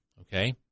okay